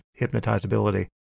hypnotizability